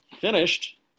finished